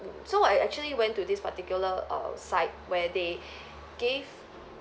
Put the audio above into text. so I actually went to this particular err site where they gave